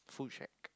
food shack